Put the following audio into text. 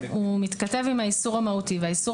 הוא מתכתב עם האיסור המהותי והאיסור